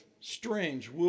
strange